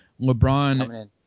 LeBron